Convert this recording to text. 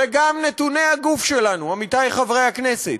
וגם נתוני הגוף שלנו, עמיתי חברי הכנסת,